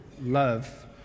love